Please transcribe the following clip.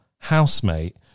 housemate